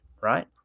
right